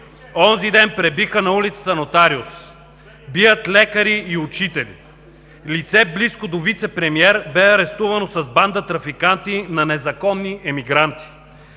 Онзи ден пребиха на улицата нотариус. Бият лекари и учители. Лице, близко до вицепремиер, бе арестувано с банда трафиканти на незаконни емигранти.